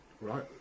Right